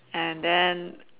and then